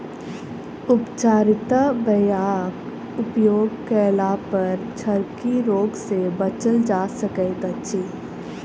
उपचारित बीयाक उपयोग कयलापर झरकी रोग सँ बचल जा सकैत अछि